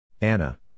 Anna